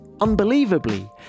Unbelievably